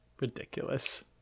Ridiculous